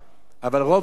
אבל ברוב ההערכות